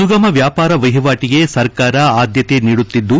ಸುಗಮ ವ್ಯಾಪಾರ ವಹಿವಾಟಗೆ ಸರ್ಕಾರ ಆದ್ದತೆ ನೀಡುತ್ತಿದ್ದು